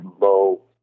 low